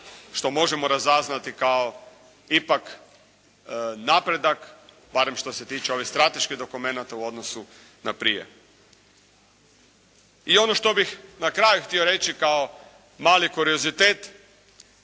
što možemo razaznati kao ipak napredak barem što se tiče ovih strateških dokumenata u odnosu na prije. I ono što bih za kraj htio reći kao mali kuriozitet